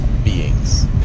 beings